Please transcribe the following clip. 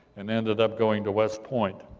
and ended up going to west point,